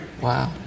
Wow